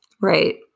Right